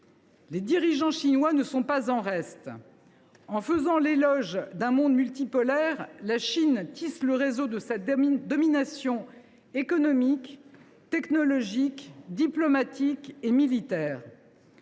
Les dirigeants chinois ne sont pas en reste. En faisant l’éloge d’un monde multipolaire, la Chine tisse le réseau de sa domination économique, technologique, diplomatique et militaire.